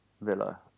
Villa